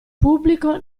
pubblico